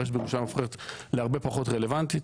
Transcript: הרשת הופכת להיות להרבה פחות רלוונטית.